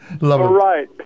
Right